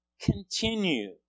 continue